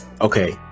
Okay